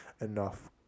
enough